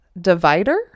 divider